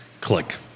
click